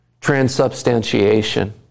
Transubstantiation